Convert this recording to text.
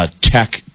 tech